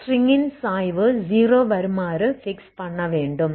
string -ன் சாய்வு 0 வருமாறு பிக்ஸ் பண்ண வேண்டும்